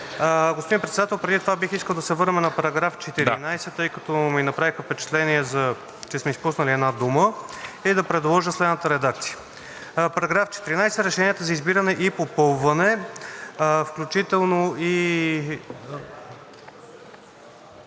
Господин Председател, преди това бих искал да се върнем на § 14, тъй като ми направи впечатление, че сме изпуснали една дума и да предложа следната редакция: „§ 14. Решенията за избиране, попълване и промени